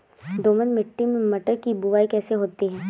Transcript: दोमट मिट्टी में मटर की बुवाई कैसे होती है?